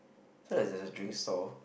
so there's there's a drink stall